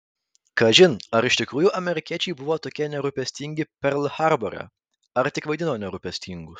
kažin ar iš tikrųjų amerikiečiai buvo tokie nerūpestingi perl harbore ar tik vaidino nerūpestingus